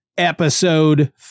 episode